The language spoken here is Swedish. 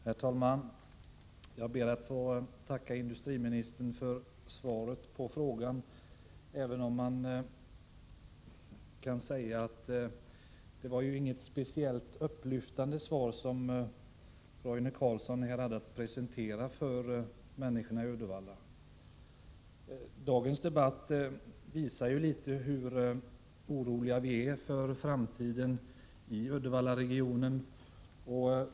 Herr talman! Jag ber att få tacka statsrådet för svaret på frågan, även om det inte var något speciellt upplyftande svar som Roine Carlsson här hade att presentera för människorna i Uddevalla. Dagens debatt visar hur oroliga vi är för framtiden i Uddevallaregionen.